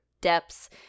depths